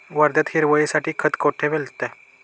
वर्ध्यात हिरवळीसाठी खत कोठे मिळतं?